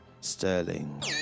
Sterling